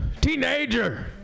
Teenager